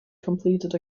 completed